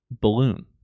Balloon